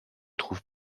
trouve